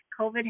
COVID